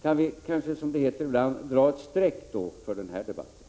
Kan vi då kanske, som det heter ibland, dra ett streck när det gäller den här debatten?